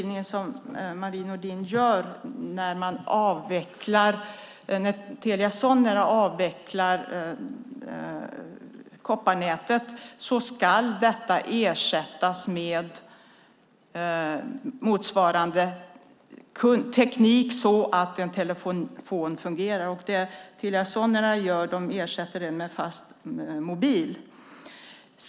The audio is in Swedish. När Telia Sonera avvecklar kopparnätet ska det ersättas med motsvarande teknik så att en telefon fungerar. Telia Sonera ersätter det med fast mobil.